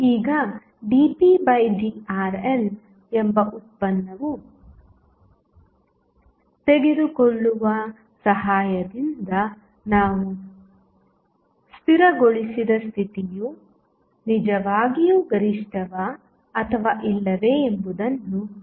ಈಗ dpdRL ಎಂಬ ಉತ್ಪನ್ನವನ್ನು ತೆಗೆದುಕೊಳ್ಳುವ ಸಹಾಯದಿಂದ ನಾವು ಸ್ಥಿರಗೊಳಿಸಿದ ಸ್ಥಿತಿಯು ನಿಜವಾಗಿಯೂ ಗರಿಷ್ಠವಾ ಅಥವಾ ಇಲ್ಲವೇ ಎಂಬುದನ್ನು ಕಂಡುಹಿಡಿಯಬೇಕು